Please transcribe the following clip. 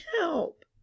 help